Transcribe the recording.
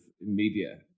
media